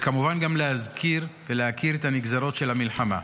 וכמובן גם להזכיר ולהכיר את הנגזרות של המלחמה.